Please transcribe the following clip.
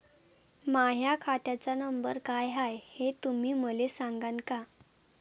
माह्या खात्याचा नंबर काय हाय हे तुम्ही मले सागांन का?